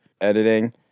editing